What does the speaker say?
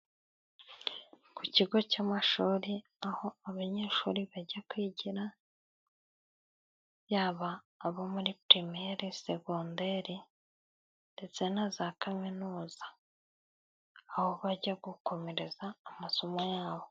Ku ikigo cy'amashuri aho abanyeshuri bajya kwigira, yaba abo muri primere segonderi, ndetse na za kaminuza aho bajya gukomereza amasomo yabo.